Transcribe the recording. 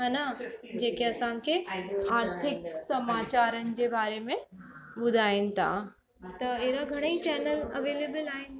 है न जेके असांखे आर्थिक समाचारनि जे बारे में ॿुधाइनि था त अहिड़ा घणेई चैनल अवैलेबल आहिनि